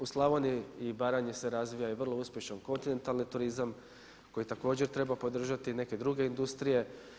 U Slavoniji i Baranji se razvija i vrlo uspješan kontinentalan turizam koji također treba podržati i neke druge industrije.